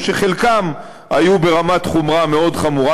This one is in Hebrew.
שחלקם היו ברמת חומרה מאוד חמורה,